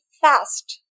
fast